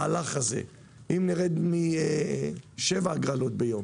אם נרד משבע הגרלות ביום